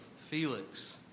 Felix